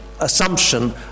Assumption